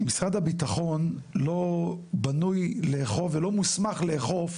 משרד הביטחון לא בנוי לאכוף ולא מוסמך לאכוף